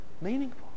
meaningful